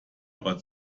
aber